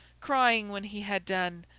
crying when he had done,